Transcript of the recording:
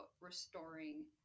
restoring